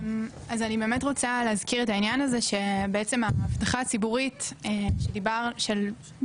אני באמת רוצה להזכיר את העניין הזה שההבטחה הציבורית של משרד